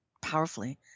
powerfully